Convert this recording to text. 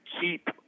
keep